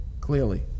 clearly